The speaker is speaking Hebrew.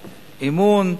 אמון.